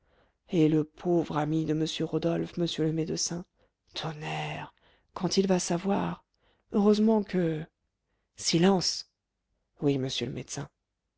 et le pauvre ami de m rodolphe monsieur le médecin tonnerre quand il va savoir heureusement que silence oui monsieur le médecin